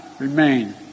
remain